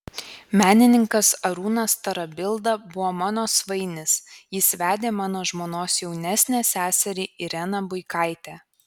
menininkas arūnas tarabilda buvo mano svainis jis vedė mano žmonos jaunesnę seserį ireną buikaitę